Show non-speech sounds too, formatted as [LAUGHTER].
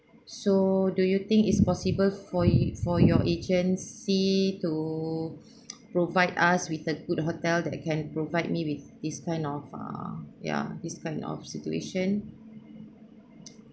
so do you think is possible for yo~ for your agency to [NOISE] provide us with the good hotel that can provide me with this kind of err ya this kind of situation